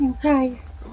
Christ